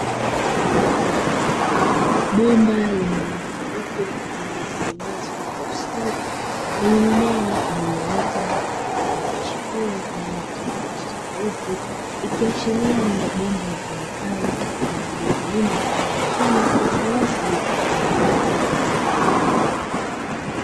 Bomba lenye rangi nyeupe, lililotengenezwa kwa ustadi, lenye mimea iliyoota na kuchipua kwa rangi tofautitofauti, ikiashiria ni mabomba yatumikayo kwa ajili ya kilimo cha haidroponi; ya sayansi bila kutumia udongo.